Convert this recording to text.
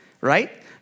right